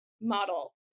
model